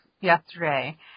yesterday